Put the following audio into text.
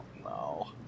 no